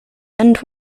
and